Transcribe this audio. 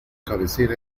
cabecera